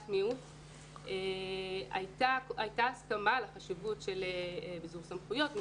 הייתה הסכמה על חשיבות ביזור סמכויות,